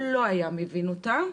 הוא לא היה מבין אותה.